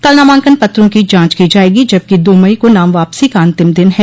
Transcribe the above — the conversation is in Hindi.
कल नामांकन पत्रों की जांच की जायेगी जबकि दो मई को नाम वापसी का अंतिम दिन है